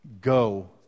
Go